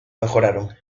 mejoraron